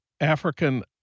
African